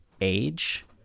age